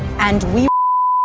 and we